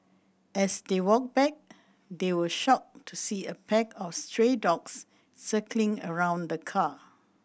as they walked back they were shocked to see a pack of stray dogs circling around the car